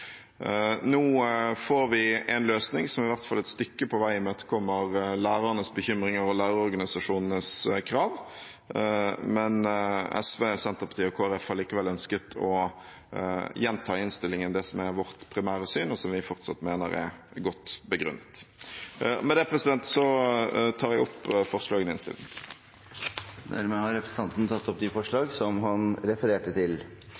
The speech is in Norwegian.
Nå får vi en løsning som i hvert fall et stykke på vei imøtekommer lærernes bekymringer og lærerorganisasjonenes krav, men SV, Senterpartiet og Kristelig Folkeparti har likevel ønsket å gjenta i innstillingen det som er vårt primære syn, og som vi fortsatt mener er godt begrunnet. Med det tar jeg opp forslaget fra Senterpartiet, Venstre og Sosialistisk Venstreparti. Representanten Audun Lysbakken har tatt opp det forslaget han refererte til.